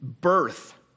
birth